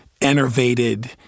enervated